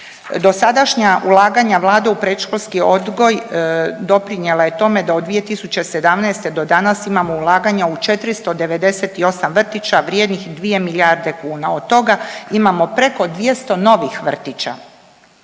Dosadašnja ulaganja vlade u predškolski odgoj doprinjela je tome da od 2017. do danas imamo ulaganja u 498 vrtića vrijednih 2 milijarde kuna, od toga imamo preko 200 novih vrtića.